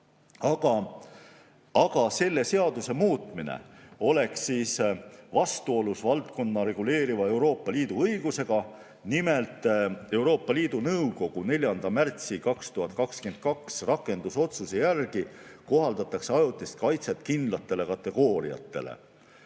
Aga selle seaduse muutmine oleks vastuolus valdkonda reguleeriva Euroopa Liidu õigusega, nimelt Euroopa Liidu Nõukogu 4. märtsi 2022 rakendusotsuse järgi kohaldatakse ajutist kaitset kindlatele kategooriatele.